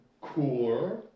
cooler